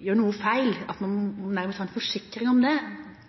gjør noe feil, og at man nærmest må ha en forsikring om det.